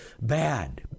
bad